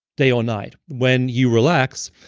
day or night. when you relax,